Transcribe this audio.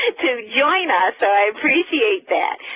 to join us. i appreciate that.